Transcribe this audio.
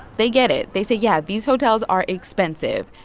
they get it. they say, yeah, these hotels are expensive,